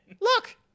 Look